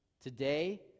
today